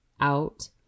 out